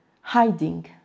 hiding